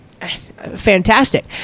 fantastic